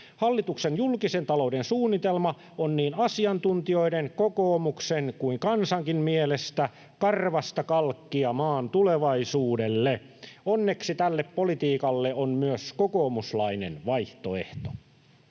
Hallituksen julkisen talouden suunnitelma on niin asiantuntijoiden, kokoomuksen kuin kansakin mielestä karvasta kalkkia maan tulevaisuudelle. Onneksi tälle politiikalle on myös kokoomuslainen vaihtoehto.